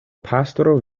pastro